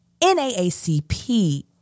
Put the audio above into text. NAACP